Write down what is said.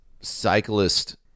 cyclist